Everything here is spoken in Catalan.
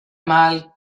mal